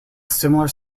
similar